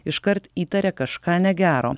iškart įtarė kažką negero